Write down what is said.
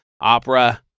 Opera